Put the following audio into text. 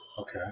Okay